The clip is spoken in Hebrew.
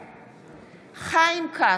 בעד חיים כץ,